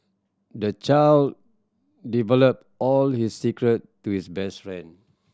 the child develop all his secret to his best friend